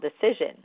decision